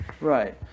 Right